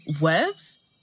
webs